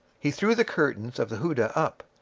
he threw the curtains of the houdah up,